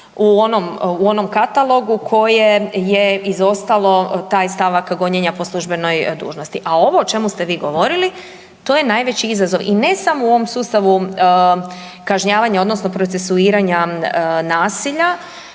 u onom katalogu koje je izostalo taj stavak gonjenja po službenoj dužnosti, a ovo o čemu ste vi govorili, to je najveći izazov i ne samo u ovom sustavu kažnjavanja odnosno procesuiranja nasilja,